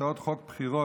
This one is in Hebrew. הצעות חוק בחירות,